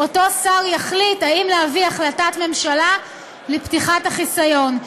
אותו שר יחליט האם להביא החלטת ממשלה לפתיחת החיסיון.